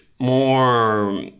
More